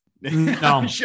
no